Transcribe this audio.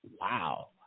Wow